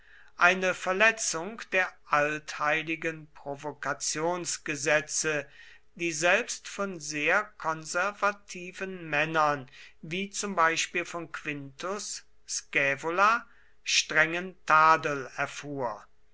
eine verletzung der altheiligen provokationsgesetze die selbst von sehr konservativen männern wie zum beispiel von quintus scaevola strengen tadel erfuhr